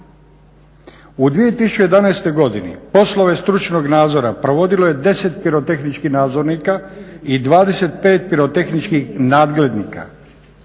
U 2011. godini poslove stručnog nadzora provodilo je 10 pirotehničkih nadzornika i 25 pirotehničkih nadglednika.